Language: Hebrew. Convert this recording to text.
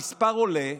המספר עולה,